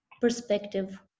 perspective